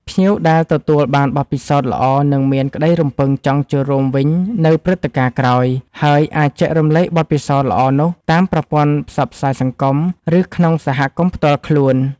ភ្ញៀវដែលទទួលបានបទពិសោធន៍ល្អនឹងមានក្តីរំពឹងចង់ចូលរួមវិញនៅព្រឹត្តិការណ៍ក្រោយ ហើយអាចចែករំលែកបទពិសោធន៍ល្អនោះតាមប្រព័ន្ធផ្សព្វផ្សាយសង្គម ឬក្នុងសហគមន៍ផ្ទាល់ខ្លួន។